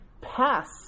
pass